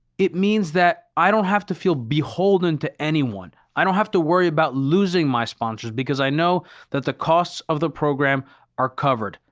it means that i don't have to feel beholden to anyone. i don't have to worry about losing my sponsors because i know that the costs of program are covered.